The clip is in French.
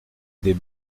des